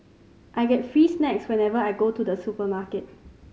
I get free snacks whenever I go to the supermarket